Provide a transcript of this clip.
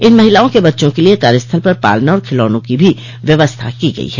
इन महिलाओं के बच्चों के लिये कार्यस्थल पर पालना और खिलौनों की भी व्यवस्था की गई है